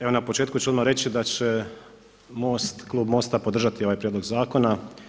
Evo na početku ću odmah reći da će MOST, klub MOST-a podržati ovaj prijedlog zakona.